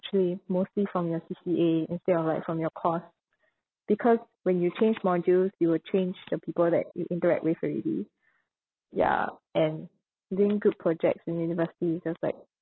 actually mostly from your C_C_A instead of like from your course because when you change modules you will change the people that you interact with already ya and doing group projects in university is just like